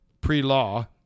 pre-law